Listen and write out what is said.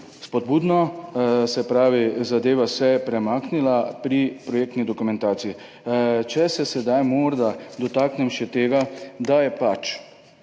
spodbudno. Se pravi, zadeva se je premaknila pri projektni dokumentaciji. Če se sedaj morda dotaknem še tega, da je,